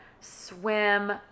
swim